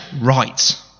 right